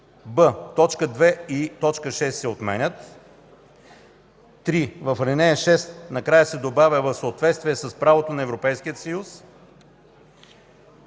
2 и 6 се отменят. 3. В ал. 6 накрая се добавя „в съответствие с правото на Европейския съюз”.